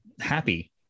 happy